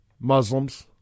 Muslims